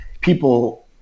people